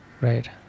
Right